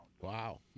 Wow